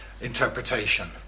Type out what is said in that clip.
interpretation